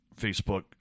Facebook